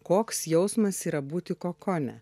koks jausmas yra būti kokone